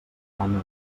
gana